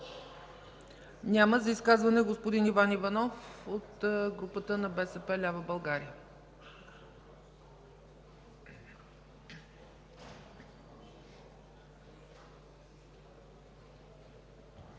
Няма. За изказване – господин Иван Иванов от групата на БСП лява България. ИВАН В.